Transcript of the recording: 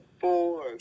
four